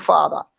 Father